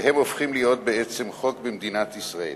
והם הופכים להיות חוק במדינת ישראל.